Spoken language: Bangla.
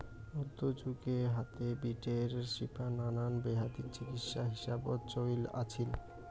মইধ্যযুগ হাতে, বিটের শিপা নানান বেয়াধির চিকিৎসা হিসাবত চইল আছিল